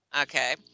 Okay